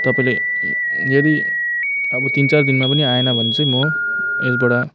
तपाईँले यदि अब तिन चार दिनमा पनि आएन भने चाहिँ म यसबाट